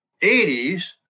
80s